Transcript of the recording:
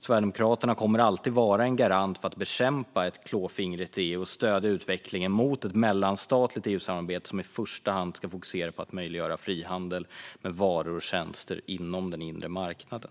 Sverigedemokraterna kommer alltid att vara en garant för att bekämpa ett klåfingrigt EU och stödja utvecklingen mot ett mellanstatligt EU-samarbete som i första hand ska fokusera på att möjliggöra frihandel med varor och tjänster inom den inre marknaden.